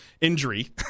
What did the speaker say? injury